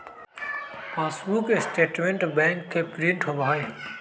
passbook statement bank से print होबा हई